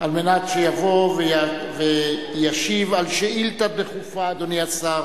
כדי שישיב על שאילתא דחופה, אדוני השר,